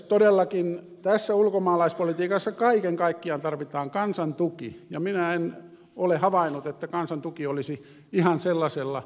todellakin tässä ulkomaalaispolitiikassa kaiken kaikkiaan tarvitaan kansan tuki ja minä en ole havainnut että kansan tuki olisi ihan sellaista